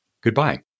Goodbye